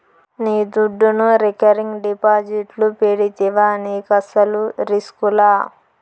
నీ దుడ్డును రికరింగ్ డిపాజిట్లు పెడితివా నీకస్సలు రిస్కులా